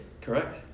Correct